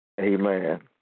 Amen